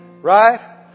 Right